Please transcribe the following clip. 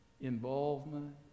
involvement